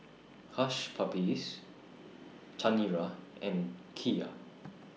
Hush Puppies Chanira and Kia